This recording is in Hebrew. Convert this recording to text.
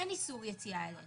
אין איסור יציאה אליהן,